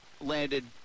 landed